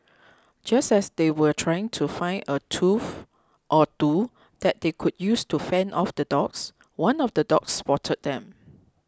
just as they were trying to find a tool or two that they could use to fend off the dogs one of the dogs spotted them